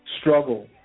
struggle